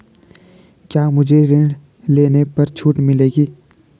क्या मुझे ऋण लेने पर छूट मिलेगी?